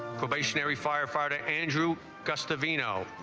stationary firefighter andrew, gust of vino.